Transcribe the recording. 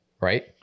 Right